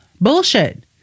bullshit